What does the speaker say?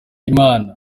imana